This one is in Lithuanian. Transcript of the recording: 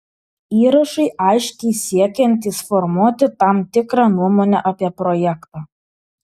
įrašai aiškiai siekiantys formuoti tam tikrą nuomonę apie projektą